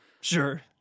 sure